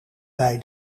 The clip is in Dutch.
bij